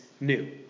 new